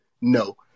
no